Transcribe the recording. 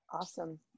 Awesome